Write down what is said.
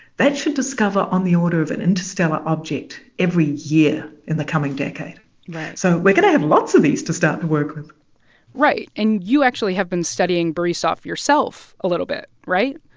that should discover on the order of an interstellar object every year in the coming decade right so we're going to have lots of these to start to work with right. and you actually have been studying borisov yourself a little bit, right?